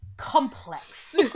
Complex